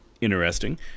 interesting